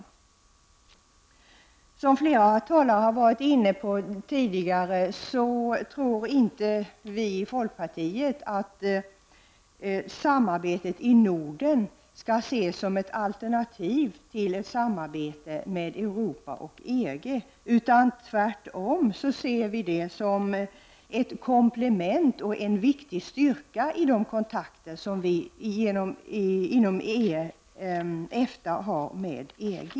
Liksom flera talare tidigare tror inte heller vi i folkpartiet att samarbetet i Norden skall ses som ett alternativ till ett samarbete med Europa och EG utan tvärtom som ett komplement och en viktig styrka i de kontakter som vi inom Efta har med EG.